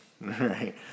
right